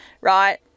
right